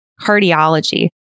cardiology